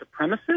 supremacist